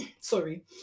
sorry